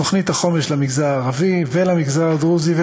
תוכנית החומש למגזר הערבי ולמגזר הדרוזי.